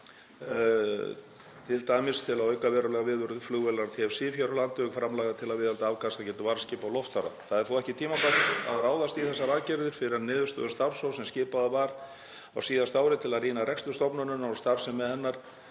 t.d. til að auka verulega viðveru flugvélar TF-Sifjar hér á landi, auk framlaga til að viðhalda afkastagetu varðskipa og loftfara. Það er þó ekki tímabært að ráðast í þessar aðgerðir fyrr en niðurstöður starfshóps, sem skipaður var á síðasta ári til að rýna rekstur stofnunarinnar og starfsemi hennar,